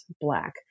black